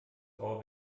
ohr